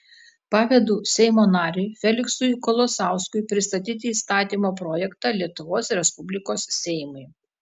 pavedu seimo nariui feliksui kolosauskui pristatyti įstatymo projektą lietuvos respublikos seimui